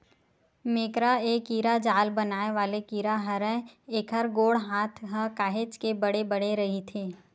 मेकरा ए कीरा जाल बनाय वाले कीरा हरय, एखर गोड़ हात ह काहेच के बड़े बड़े रहिथे